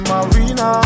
Marina